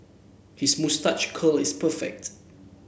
his moustache curl is perfect